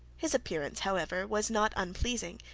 his appearance however was not unpleasing,